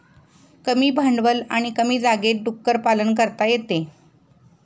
कमी भांडवल आणि कमी जागेत डुक्कर पालन करता येते